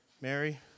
Mary